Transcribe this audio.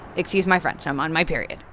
excuse my french, i'm on my period.